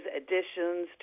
additions